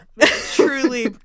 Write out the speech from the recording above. Truly